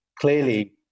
Clearly